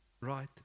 right